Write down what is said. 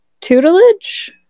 Tutelage